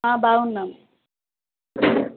బాగున్నాం